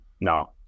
no